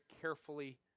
carefully